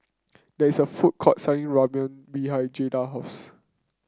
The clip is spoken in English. there is a food court selling Ramyeon behind Jada house